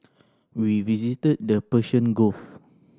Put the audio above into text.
we visited the Persian Gulf